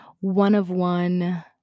one-of-one